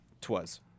Twas